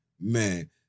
man